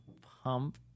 pump